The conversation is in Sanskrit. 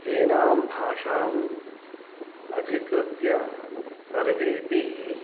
एनां भाषाम् अधिकृत्य सर्वेपि